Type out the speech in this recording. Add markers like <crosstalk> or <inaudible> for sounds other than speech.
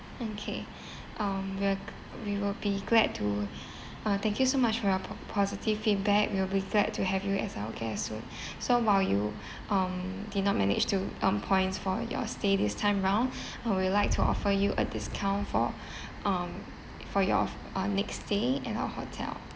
okay <breath> um we will we will be glad to <breath> uh thank you so much for your po~ positive feedback we'll be glad to have you as our guest soon <breath> so while you <breath> um did not manage to earn points for your stay this time around <breath> uh we like to offer you a discount for <breath> um for your uh next stay at our hotel